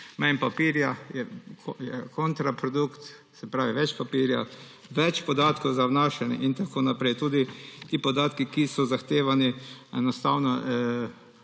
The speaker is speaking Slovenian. manj papirja, je kontraprodukt; se pravi, je več papirja, več podatkov za vnašanje in tako naprej. Tudi te podatke, ki so zahtevani,